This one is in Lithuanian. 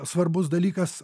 svarbus dalykas